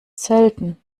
selten